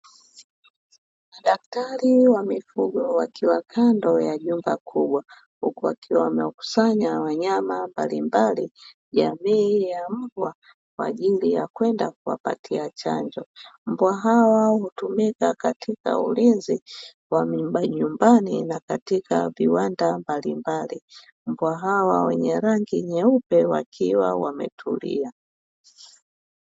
Daktari wa mifugo wakiwa kando ya nyumba kubwa, huku wakiwa wanakusanya wanyama mbalimbali jamii ya mbwa kwa ajili ya kwenda kuwapatia chanjo, mbwa hawa hutumika katika ulinzi wa majumbani na katika viwanda mbalimbali, mbwa hawa wenye rangi nyeupe wakiwa wametulia.